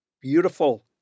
beautiful